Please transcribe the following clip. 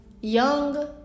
Young